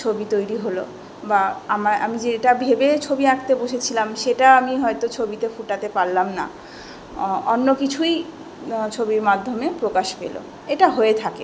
ছবি তৈরি হলো বা আমায় আমি যে এটা ভেবে ছবি আঁকতে বসেছিলাম সেটা আমি হয়তো ছবিতে ফোটাতে পারলাম না অন্য কিছুই ছবির মাধ্যমে প্রকাশ পেলো এটা হয়ে থাকে